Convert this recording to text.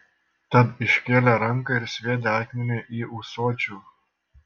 tad iškėlė ranką ir sviedė akmenį į ūsočių